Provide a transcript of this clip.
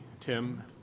Tim